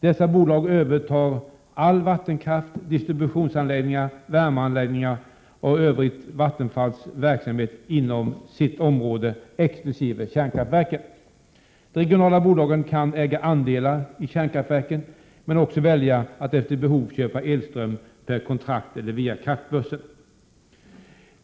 Dessa bolag övertar all vattenkraft, alla distributionsanläggningar och värmeanläggningar samt Vattenfalls verksamhet i övrigt inom sitt område, exkl. kärnkraftverken. De regionala bolagen kan äga andelar i kärnkraftverken men också välja att efter behov köpa elström per kontrakt eller via kraftbörsen.